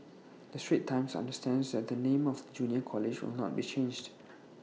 the straits times understands that the name of the junior college will not be changed